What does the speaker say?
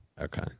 okay